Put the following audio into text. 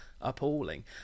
appalling